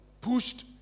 pushed